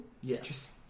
Yes